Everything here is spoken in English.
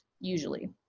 usually